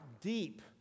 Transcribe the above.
deep